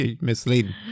misleading